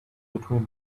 between